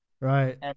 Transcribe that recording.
Right